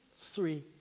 three